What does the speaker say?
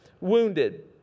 wounded